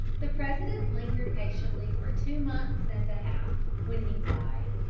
the president lingered patiently for two months and a half, when he died.